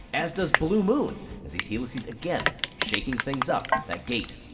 as does blue moon as these helices, again shaking things up. that gate,